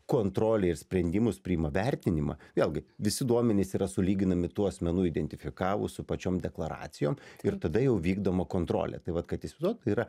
kontrolei ir sprendimus priima vertinimą vėlgi visi duomenys yra sulyginami tų asmenų identifikavus su pačiom deklaracijom ir tada jau vykdoma kontrolė tai vat kad įsivaizduot tai yra